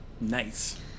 Nice